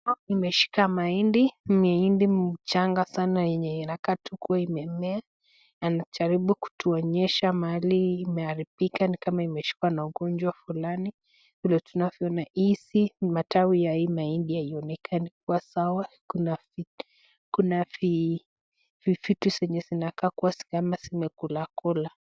Hapa nimeshika mahindi, mahindi mchanga sana yenye inakatu imemea. Anajaribu kutuonyesha mahali imeharibika ni kama imeshikwa na ugonjwa fulani. Vile tunavyoona hizi ni matawi ya hii mahindi haionekani kuwa sawa, kuna vi vitu zenye zinaka kuwa zimekula kula.